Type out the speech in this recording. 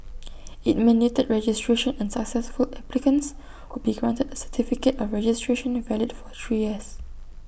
IT mandated registration and successful applicants would be granted A certificate of registration valid for three years